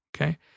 okay